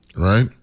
right